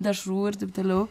dešrų ir taip toliau